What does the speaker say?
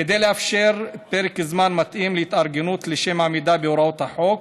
כדי לאפשר פרק זמן מתאים להתארגנות לשם עמידה בהוראות החוק,